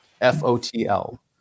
F-O-T-L